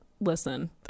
listen